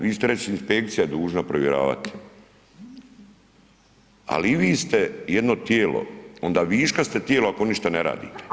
Vi ćete reći inspekcija dužna provjeravati, ali i vi ste jedno tijelo onda viška ste tijelo ako ništa ne radite.